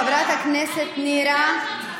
חברת הכנסת נירה,